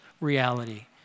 reality